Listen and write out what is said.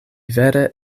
vere